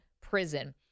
prison